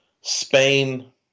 Spain